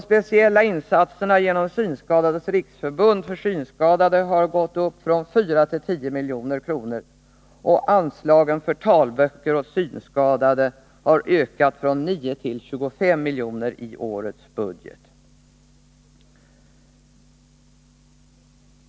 De speciella insatserna för synskadade genom Synskadades riksförbund har gått upp från 4 milj.kr. till 10 milj.kr., och anslaget till talböcker åt synskadade har ökat från 9 milj.kr. till 25 milj.kr. i årets budget.